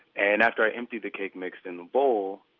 and after i emptied the cake mix in the bowl,